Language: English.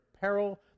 peril